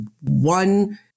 one